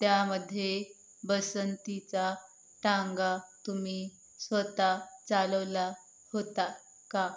त्यामध्ये बसंतीचा टांगा तुम्ही स्वत चालवला होता का